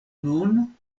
nun